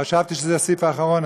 חשבתי שזה הסעיף האחרון,